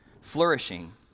flourishing